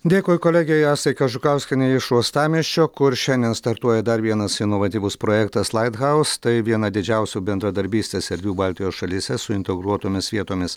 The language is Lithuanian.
dėkui kolegei astai kažukauskienei iš uostamiesčio kur šiandien startuoja dar vienas inovatyvus projektas light house tai viena didžiausių bendradarbystės erdvių baltijos šalyse su integruotomis vietomis